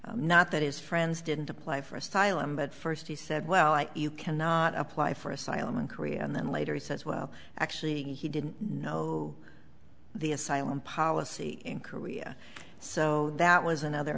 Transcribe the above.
to not that his friends didn't apply for asylum but first he said well you cannot apply for asylum in korea and then later he says well actually he didn't know the asylum policy in korea so that was another